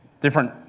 different